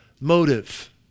motive